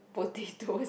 potatoes